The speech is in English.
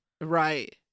Right